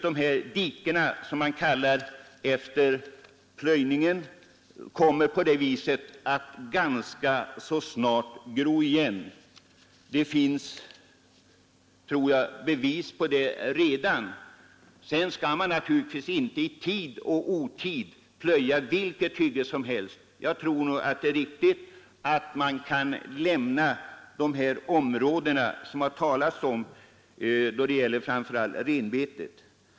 De diken som uppstår vid plöjningen kommer på det viset att ganska snart gro igen. Det finns redan bevis härpå. Sedan skall man naturligtvis inte i tid och otid plöja vilket hygge som helst. Jag tror det är riktigt att lämna de områden som det talas om, framför allt när det gäller renbetet.